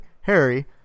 Harry